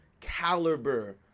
caliber